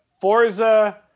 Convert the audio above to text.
Forza